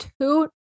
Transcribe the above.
two